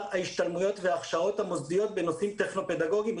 ההשתלמויות וההכשרות המוסדיות בנושאים טכנו-פדגוגיים,